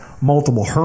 Multiple